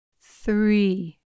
Three